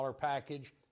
package